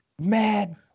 Mad